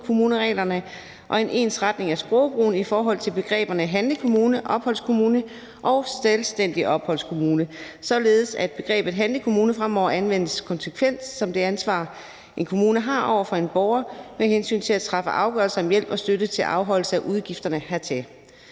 handlekommunereglerne og en ensretning af sprogbrugen i forhold til begreberne handlekommune, opholdskommune og selvstændig opholdskommune, således at begrebet handlekommune fremover anvendes konsekvent i betydningen af det ansvar, som en kommune har over for en borger med hensyn til at træffe afgørelse om hjælp og støtte til afholdelse af udgifterne hertil.